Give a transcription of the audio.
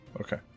okay